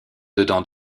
dedans